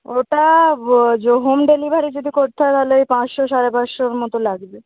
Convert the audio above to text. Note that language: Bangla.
ওটা ও যো হোম ডেলিভারি যদি করতে হয় তাহলে ওই পাঁচশো সাড়ে পাঁচশোর মতো লাগবে